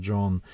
John